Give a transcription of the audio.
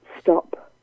stop